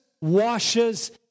washes